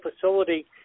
facility